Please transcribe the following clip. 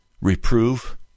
reprove